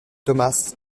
thomas